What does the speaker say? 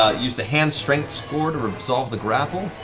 ah use the hand's strength score to resolve the grapple.